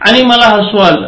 आणि मला हसू आल